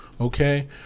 Okay